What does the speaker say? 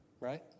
right